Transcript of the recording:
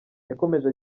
yakomeje